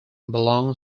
belong